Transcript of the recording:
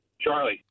Charlie